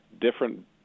different